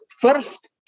first